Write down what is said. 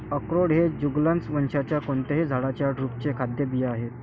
अक्रोड हे जुगलन्स वंशाच्या कोणत्याही झाडाच्या ड्रुपचे खाद्य बिया आहेत